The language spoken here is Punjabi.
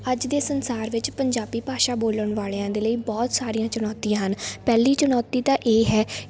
ਅੱਜ ਦੇ ਸੰਸਾਰ ਵਿੱਚ ਪੰਜਾਬੀ ਭਾਸ਼ਾ ਬੋਲਣ ਵਾਲਿਆਂ ਦੇ ਲਈ ਬਹੁਤ ਸਾਰੀਆਂ ਚੁਣੌਤੀਆਂ ਹਨ ਪਹਿਲੀ ਚੁਣੌਤੀ ਤਾਂ ਇਹ ਹੈ